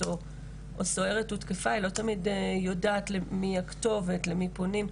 או סוהרת הותקפה יא לא תמיד יודעת מה הכתובת ולמי פונים.